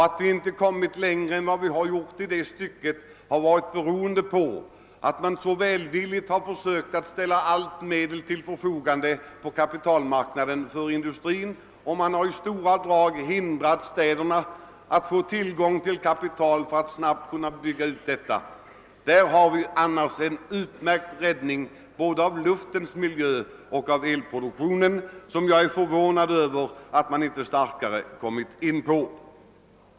Att vi inte har kommit längre i det stycket har berott på att man så välvilligt har försökt ställa alla medel på kapitalmarknaden till förfogande för industrin och i stora drag hindrat städerna att få tillgång till kapital för att snabbt kunna bygga ut fjärrvärmeverk. Där har vi annars en utmärkt möjlighet till räddning både av luftens miljö och en elproduktion, som jag är förvånad över att man inte starkare har betonat.